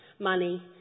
money